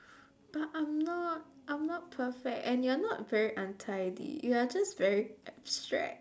but I'm not I'm not perfect and you're not very untidy you are just very abstract